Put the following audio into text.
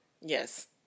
Yes